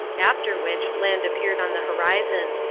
after which land appeared on the horizon.